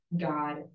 God